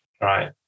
Right